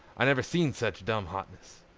i never seen sech dumb hotness.